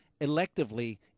electively